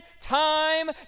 time